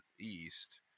east